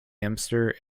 hamster